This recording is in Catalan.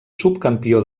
subcampió